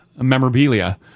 memorabilia